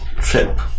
trip